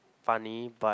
funny but